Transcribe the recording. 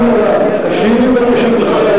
אשיב.